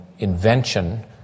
Invention